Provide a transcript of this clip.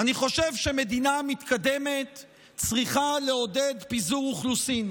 אני חושב שמדינה מתקדמת צריכה לעודד פיזור אוכלוסין.